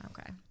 Okay